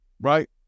Right